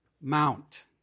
Mount